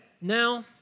now